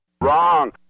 Wrong